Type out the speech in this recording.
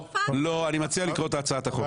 אני מציע לקרוא את הצעת החוק.